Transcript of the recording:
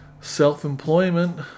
self-employment